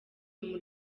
uyu